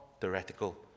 theoretical